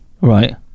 right